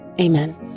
amen